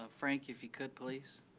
ah frank, if you could, please.